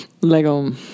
Like-um